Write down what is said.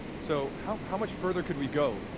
so how how much further could we go?